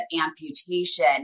amputation